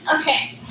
Okay